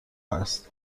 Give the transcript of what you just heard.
هست